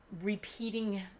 repeating